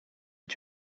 est